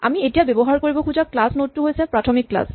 আমি এতিয়া ব্যৱহাৰ কৰিব খোজা ক্লাচ নড টো হৈছে প্ৰাথমিক ক্লাচ